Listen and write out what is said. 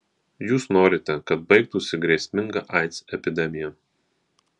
jūs norite kad baigtųsi grėsminga aids epidemija